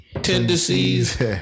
tendencies